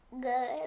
Good